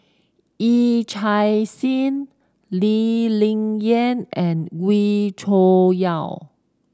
Yee Chia Hsing Lee Ling Yen and Wee Cho Yaw